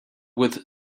with